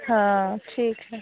हाँ ठीक है